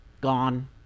gone